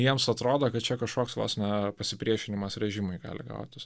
jiems atrodo kad čia kažkoks vos ne pasipriešinimas režimui gali gautis